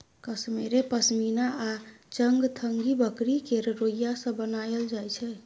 कश्मेरे पश्मिना आ चंगथंगी बकरी केर रोइयाँ सँ बनाएल जाइ छै